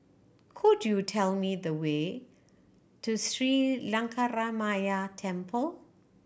could you tell me the way to Sri Lankaramaya Temple